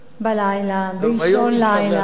בלילה, באישון לילה, ביום אי-אפשר לאשר חוק כזה.